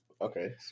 Okay